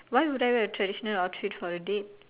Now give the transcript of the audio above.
why would I wear a traditional outfit for a date